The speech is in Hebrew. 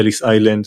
אליס איילנד,